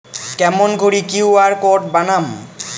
কেমন করি QR code বানাম?